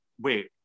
Wait